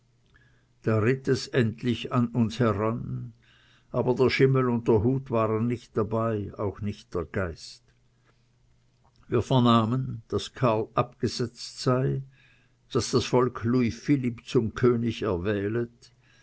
da ritt es endlich an uns heran aber der schimmel und der hut waren nicht dabei auch nicht der geist wir vernahmen daß karl abgesetzt sei daß das volk louis philipp zum könig erwählet